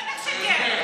בטח שכן.